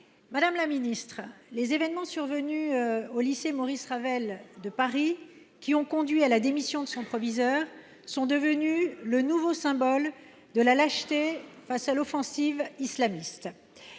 Madame la ministre, les événements survenus au lycée Maurice Ravel de Paris, qui ont conduit à la démission de son proviseur, sont devenus le nouveau symbole de la lâcheté face à l’offensive islamiste.